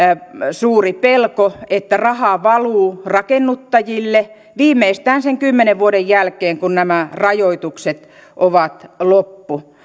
suuri pelko että raha valuu rakennuttajille viimeistään sen kymmenen vuoden jälkeen kun nämä rajoitukset ovat loppu